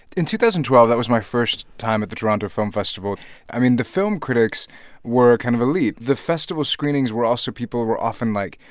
in two thousand and twelve that was my first time at the toronto film festival i mean, the film critics were kind of elite. the festival screenings were also people were often, like,